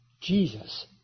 Jesus